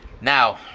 Now